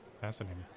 Fascinating